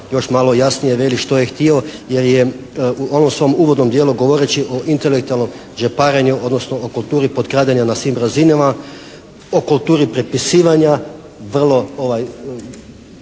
još malo jasnije veli što je htio. Jer je u ovom svom uvodnom dijelu govoreći o intelektualnom džeparenju, odnosno o kulturi potkradanja na svim razinama, o kulturi prepisivanja vrlo